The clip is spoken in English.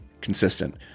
consistent